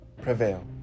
prevail